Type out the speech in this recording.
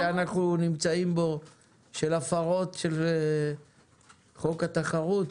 ועם ההיקף שאנחנו נמצאים בו של הפרות של חוק התחרות?